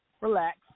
relax